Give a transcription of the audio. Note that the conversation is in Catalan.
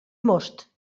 most